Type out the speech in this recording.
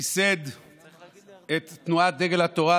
ייסד את תנועת דגל התורה,